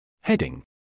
Heading